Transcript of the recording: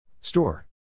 Store